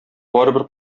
барыбер